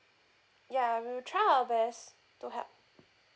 ya I will try our best to help